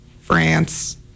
France